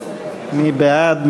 מי בעד?